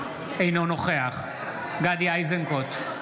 אינו נוכח גדי איזנקוט,